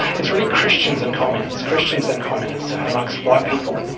it's really christians and communists. christians and communists amongst white people,